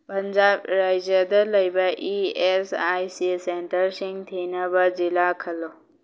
ꯄꯟꯖꯥꯕ ꯔꯥꯏꯖ꯭ꯌꯗ ꯂꯩꯕ E S I C ꯁꯦꯟꯇꯔꯁꯤꯡ ꯊꯤꯅꯕ ꯖꯤꯂꯥ ꯈꯜꯂꯨ